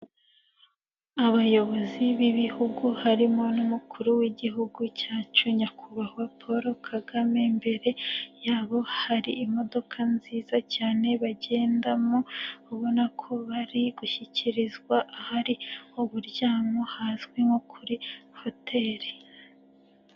Abayobozi b'ibihugu harimo n'umukuru w'igihugu cyacu nyakubahwa Paul Kagame, imbere yabo hari imodoka nziza cyane bagendamo ubona ko bari gushyikirizwa ahari uburyamo hazwi nko kuri hoteli.